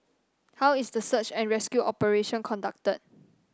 how is the search and rescue operation conducted